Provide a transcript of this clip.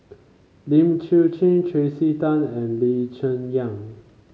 Lim Chwee Chian Tracey Tan and Lee Cheng Yan